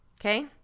okay